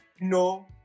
No